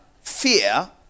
fear